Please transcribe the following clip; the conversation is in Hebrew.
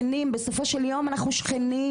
בסופו של יום אנחנו שכנים.